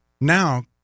Now